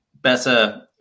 better